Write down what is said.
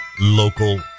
local